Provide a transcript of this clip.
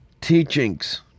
teachings